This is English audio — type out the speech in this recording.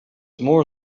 more